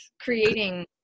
creating